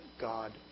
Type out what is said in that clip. God